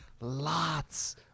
Lots